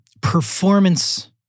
performance